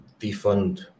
defund